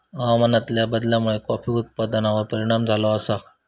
हवामानातल्या बदलामुळे कॉफी उत्पादनार परिणाम झालो आसा